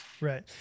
right